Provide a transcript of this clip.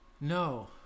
No